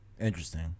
Interesting